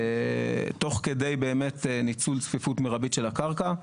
תוך כדי ניצול צפיפות מרבית של הקרקע,